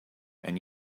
and